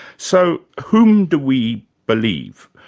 so, whom do we believe?